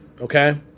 okay